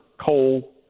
coal